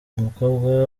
umukobwa